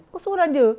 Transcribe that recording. kau seorang jer